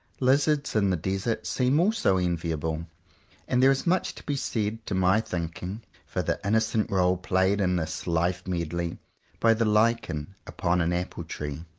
lizards in the desert seem also enviable and there is much to be said, to my thinking, for the innocent role played in this life-medley by the lichen upon an apple-tree,